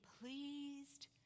pleased